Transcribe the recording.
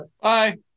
Bye